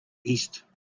east